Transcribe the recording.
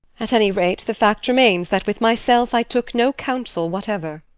at any rate, the fact remains that with myself i took no counsel whatever.